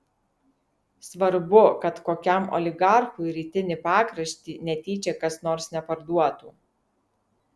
svarbu kad kokiam oligarchui rytinį pakraštį netyčia kas nors neparduotų